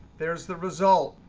there's the result.